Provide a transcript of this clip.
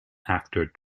after